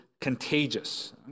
contagious